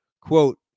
Quote